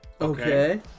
Okay